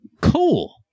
Cool